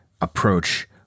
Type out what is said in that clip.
approach